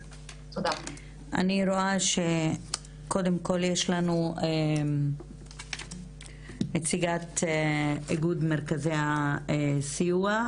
אני רואה שקודם כל יש לנו את נציגת איגוד מרכזי הסיוע,